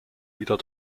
wieder